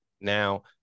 now